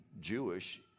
Jewish